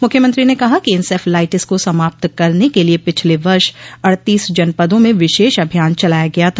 मुख्यमंत्री ने कहा कि इंसेफ्लाइटिस को समाप्त करने के लिये पिछले वर्ष अड़तीस जनपदों में विशेष अभियान चलाया गया था